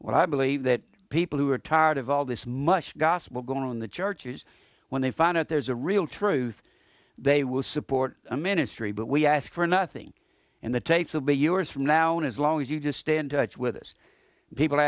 when i believe that people who are tired of all this much gospel go in the churches when they find out there's a real truth they will support a ministry but we ask for nothing and the tapes will be yours from now on as long as you just stand with us people